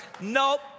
Nope